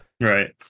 right